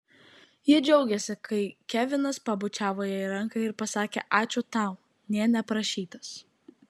ji džiaugėsi kai kevinas pabučiavo jai ranką ir pasakė ačiū tau nė neprašytas